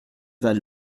val